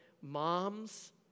moms